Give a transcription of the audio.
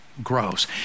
Grows